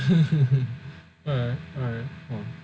alright alright